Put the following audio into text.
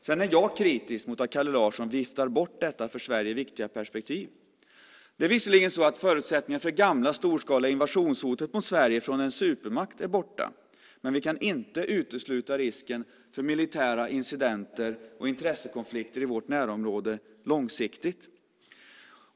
Sedan är jag kritisk mot att Kalle Larsson viftar bort detta för Sverige viktiga perspektiv. Det är visserligen så att förutsättningen för det gamla, storskaliga invasionshotet mot Sverige från en supermakt är borta, men vi kan inte utesluta risken för militära incidenter och intressekonflikter i vårt närområde långsiktigt.